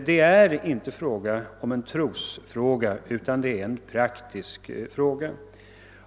Här har vi inte med en trosfråga att göra, utan det gäller en praktisk fråga.